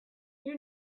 you